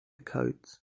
codes